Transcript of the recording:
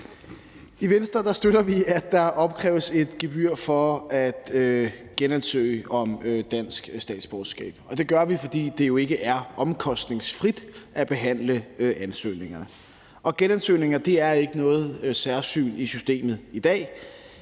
I Venstre støtter vi, at der opkræves et gebyr for at genansøge om dansk statsborgerskab, og det gør vi, fordi det jo ikke er omkostningsfrit at behandle ansøgningerne. Og genansøgninger er ikke noget særsyn i systemet i dag;